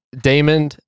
Damon